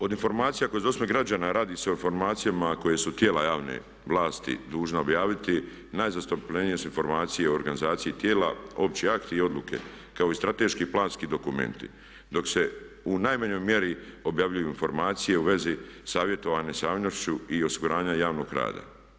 Od informacija koje … radi se o formacijama koje su tijela javne vlasti dužna objaviti najzastupljenije su informacije o organizaciji tijela, opći akti i odluke kao i strateški planski dokumenti dok se u najmanjoj mjeri objavljuju informacije u vezi savjetovane s javnošću i osiguranja javnog rada.